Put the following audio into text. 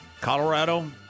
Colorado